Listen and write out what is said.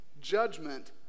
Judgment